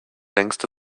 längste